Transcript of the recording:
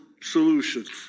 solutions